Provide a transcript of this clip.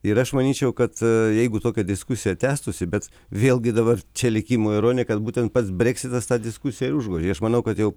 ir aš manyčiau kad jeigu tokia diskusija tęstųsi bet vėlgi dabar čia likimo ironija kad būtent pats breksitas tą diskusiją ir užgožė aš manau kad jau